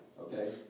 Okay